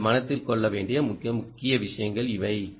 நீங்கள் மனதில் கொள்ள வேண்டிய முக்கிய விஷயங்கள் இவை